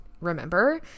remember